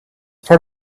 part